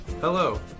Hello